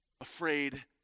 Afraid